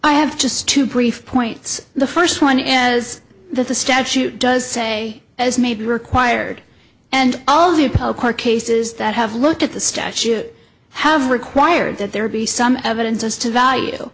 i have just two brief points the first one as the statute does say as may be required and all the appellate court cases that have looked at the statute have required that there be some evidence as to value